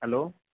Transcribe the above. hello